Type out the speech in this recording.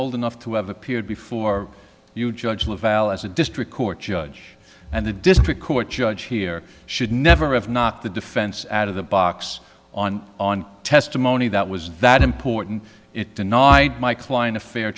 old enough to have appeared before you judge lavelle as a district court judge and the district court judge here should never have not the defense out of the box on on testimony that was that important it denied my client a fair